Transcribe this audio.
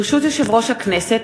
ברשות יושב-ראש הכנסת,